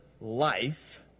life